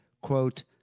quote